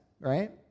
right